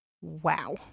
Wow